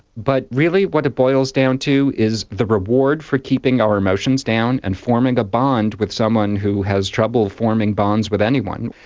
but really what boils down to is the reward for keeping our emotions down and forming a bond with someone who has trouble forming bonds with anyone,